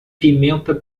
pimenta